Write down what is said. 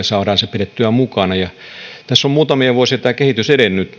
saamme pidettyä mukana tässä on muutamia vuosia tämä kehitys edennyt